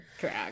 drag